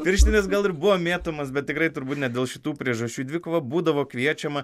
pirštinės gal ir buvo mėtomas bet tikrai turbūt ne dėl šitų priežasčių į dvikovą būdavo kviečiama